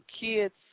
kid's